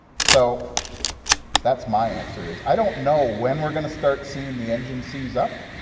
so that's my answer is i don't know when we're going to start seeing the engine seize up,